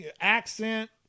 accent